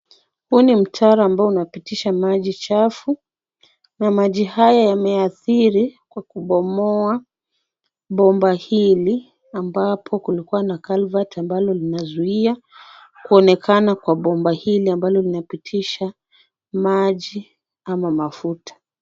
Huu ni mtaro ambao unapitisha maji chafu na maji haya yameathiri kwa kubomoa bomba hili ambapo kulikuwa na calvert ambalo linazuia kuonekana kwa bomba hili ambalo linapitisha maji ama mafuta.